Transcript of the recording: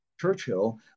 Churchill